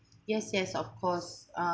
yes yes of course uh